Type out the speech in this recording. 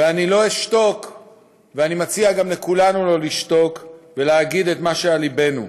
ואני לא אשתוק ואני מציע גם לכולנו שלא לשתוק ולהגיד את מה שעל לבנו.